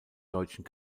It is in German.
deutschen